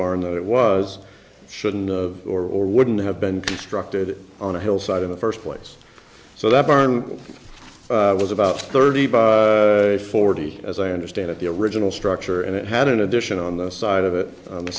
barn that it was shouldn't of or wouldn't have been constructed on a hillside in the first place so that burn was about thirty or forty as i understand it the original structure and it had an addition on the side of it on the